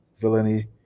villainy